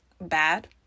bad